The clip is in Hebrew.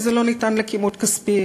כי זה לא ניתן לכימות כספי,